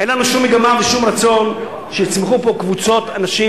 אין לנו שום מגמה ושום רצון שיצמחו פה קבוצות אנשים